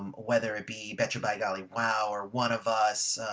um whether it be betcha by golly wow or one of us,